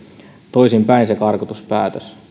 toisinpäin se karkotuspäätös